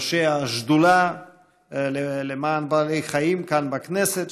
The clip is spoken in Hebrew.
ראשי השדולה למען בעלי חיים כאן בכנסת,